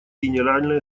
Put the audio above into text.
генеральной